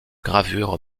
gravure